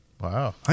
Wow